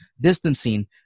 distancing